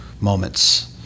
moments